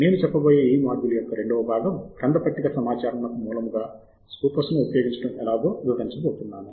నేను చెప్పబోయే ఈ మాడ్యూల్ యొక్క రెండవ భాగం గ్రంథ పట్టిక సమాచారమునకు మూలముగా స్కోపస్ను ఉపయోగించటం ఎలాగో వివరించబోతున్నాను